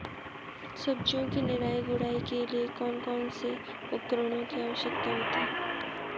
सब्जियों की निराई गुड़ाई के लिए कौन कौन से उपकरणों की आवश्यकता होती है?